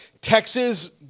Texas